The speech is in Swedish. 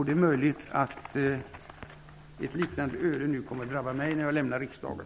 Det är möjligt att ett liknande öde nu kommer att drabba mig, när jag lämnar riksdagen.